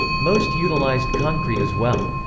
most utilized concrete as well.